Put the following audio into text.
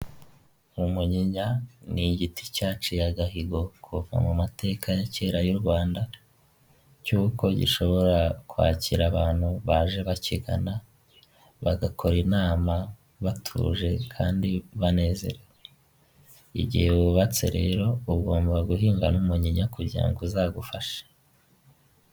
Hoteri nini iri mu bwoko bwa etaje igeretse gatatu yanditseho giriti apatimenti hoteri ivuze ko ari hoteri nziza irimo amacumbi akodeshwa.